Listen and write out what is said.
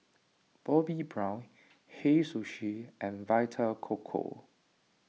Bobbi Brown Hei Sushi and Vita Coco